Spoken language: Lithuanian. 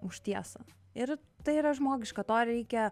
už tiesą ir tai yra žmogiška to reikia